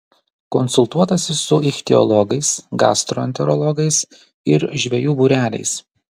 konsultuotasi su ichtiologais gastroenterologais ir žvejų būreliais